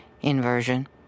inversion